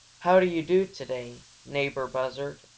how do you do today, neighbor buzzard?